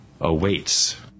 awaits